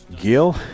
Gil